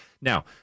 now